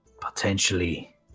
potentially